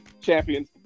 champions